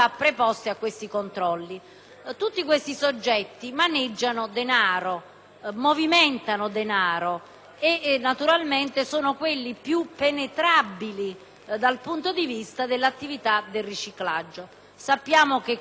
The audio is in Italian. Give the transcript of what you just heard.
e naturalmente sono quelli più penetrabili dal punto di vista dell'attività del riciclaggio. Sappiamo che questi denari si spostano con molta facilità e che, teoricamente, gli immigrati possono essere preda delle attività delittuose,